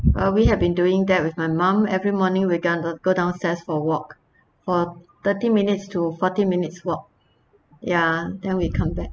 uh we have been doing that with my mum every morning we're gonna go downstairs for walk for thirty minutes to forty minutes walk ya then we come back